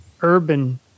urban